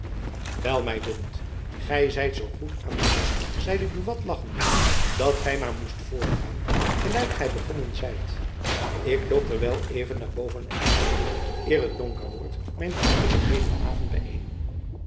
wel my dunkt gy zijt zoo goed aan den gang zeide buat lachende dat gy maar moest voortgaan gelijk gy begonnen zijt ik loop terwijl even naar boven en haal eer het donker wordt mijn plunje voor heden avond byeen